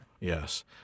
Yes